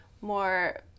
more